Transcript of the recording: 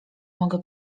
mogę